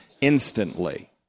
instantly